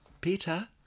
Peter